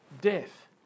death